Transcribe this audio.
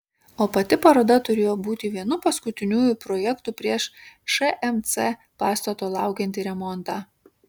o pati paroda turėjo būti vienu paskutiniųjų projektų prieš šmc pastato laukiantį remontą